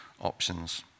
options